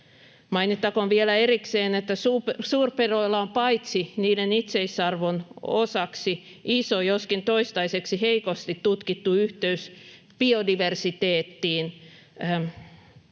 Mainittakoon vielä erikseen, että suurpedoilla on niiden itseisarvon lisäksi iso, joskin toistaiseksi heikosti tutkittu yhteys biodiversiteettiin.